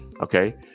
Okay